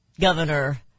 Governor